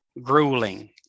grueling